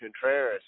Contreras